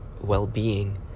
well-being